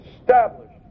established